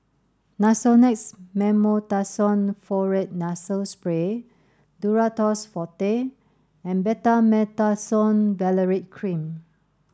Nasonex Mometasone Furoate Nasal Spray Duro Tuss Forte and Betamethasone Valerate Cream